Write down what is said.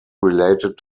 related